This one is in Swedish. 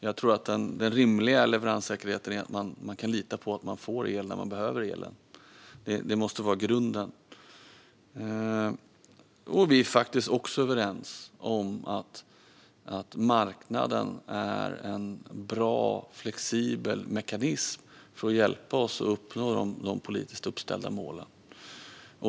Jag tror att en rimlig leveranssäkerhet är att man kan lita på att man får el när man behöver elen. Det måste vara grunden. Vi är faktiskt också överens om att marknaden är en bra och flexibel mekanism för att hjälpa oss att uppnå de politiskt uppställda målen.